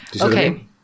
Okay